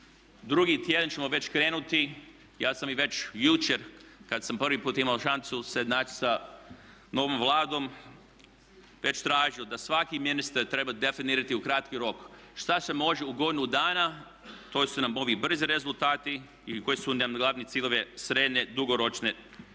Drugi tjedan ćemo već krenuti, ja sam već jučer kad sam prvi put imao šansu se naći sa novom Vladom već tražio da svaki ministar treba definirati u kratkom roku što se može u godinu dana to su nam ovi brzi rezultati i koji su nam glavni ciljevi srednje dugoročne vremenski.